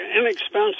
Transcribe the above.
inexpensive